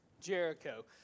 Jericho